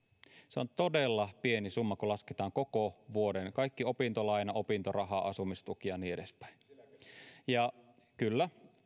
se on todella pieni summa kun lasketaan koko vuodelta kaikki opintolaina opintoraha asumistuki ja niin edespäin kyllä